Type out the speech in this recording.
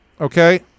Okay